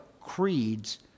creeds